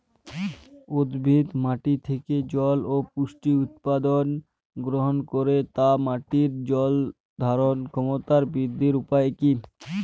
উদ্ভিদ মাটি থেকে জল ও পুষ্টি উপাদান গ্রহণ করে তাই মাটির জল ধারণ ক্ষমতার বৃদ্ধির উপায় কী?